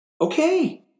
Okay